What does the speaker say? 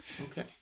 Okay